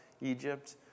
Egypt